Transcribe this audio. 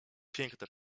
piękne